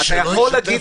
אתה יכול להגיד